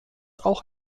auch